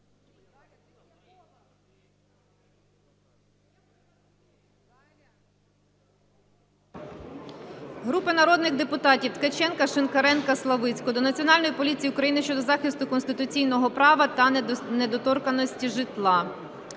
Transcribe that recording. Групи народних депутатів (Ткаченка, Шинкаренка, Славицької) до Національної поліції України щодо захисту конституційного права та недоторканість житла.